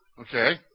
Okay